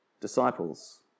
disciples